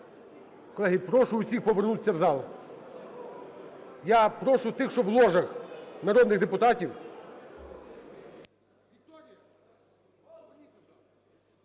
Колеги, прошу усіх повернутися в зал. Я прошу тих, що в ложах, народних депутатів…